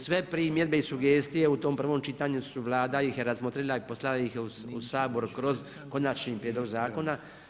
Sve primjedbe i sugestije u tom prvom čitanju su, Vlada ih je razmotrila i poslala ih je u Sabor kroz konačni prijedlog zakona.